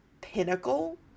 pinnacle